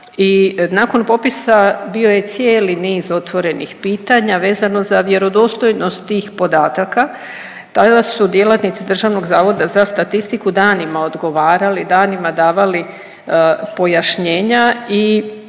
nakon popisa bio je cijeli niz otvorenih pitanja vezano za vjerodostojnost tih podataka. Tada su djelatnici Državnog zavoda za statistiku danima odgovarali, danima davali pojašnjenja i